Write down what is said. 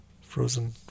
frozen